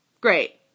Great